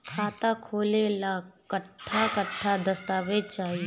खाता खोले ला कट्ठा कट्ठा दस्तावेज चाहीं?